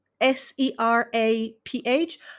s-e-r-a-p-h